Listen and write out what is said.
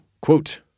Quote